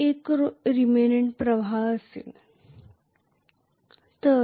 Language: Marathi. एक रीमेनंन्ट प्रवाह असेल तर